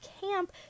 camp